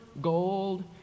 gold